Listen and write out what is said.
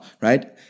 right